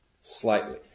slightly